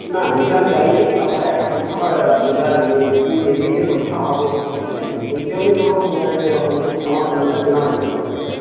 না রেজাল্ট দেয় নি তার পরে একটা পরীক্ষা আবার রেজাল্ট নেই রুটিন দে দিয়েছে পরীক্ষা হবে ঠিক আছে সেই জন্যই তোমাকে ফোন করা যে এরকম হচ্ছে তোমার ফোন নম্বরটা পেলাম একজনের কাছ থেকে ঠিক আছে